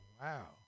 wow